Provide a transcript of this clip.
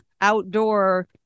outdoor